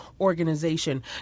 organization